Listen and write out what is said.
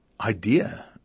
idea